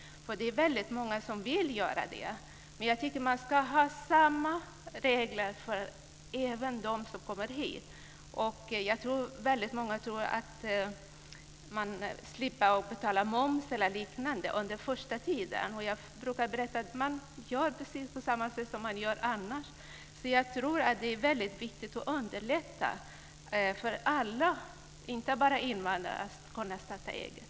Det är många som vill göra det. Men jag tycker att det ska vara samma regler även för dem som kommer hit. Jag tror att många tror att de slipper betala moms eller något liknande under den första tiden. Jag brukar berätta att de får göra på samma sätt som annars. Det är viktigt att underlätta för alla, inte bara invandrare, att starta eget.